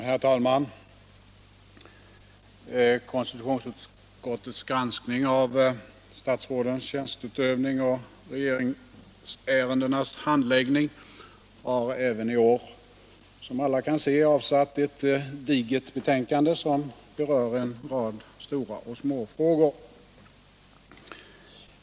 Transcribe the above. Herr talman! Konstitutionsutskottets granskning av statsrådens tjänsteutövning och regeringsärendenas handläggning har även i år, som alla kan se, avsatt ett digert betänkande som berör en rad stora och små frågor.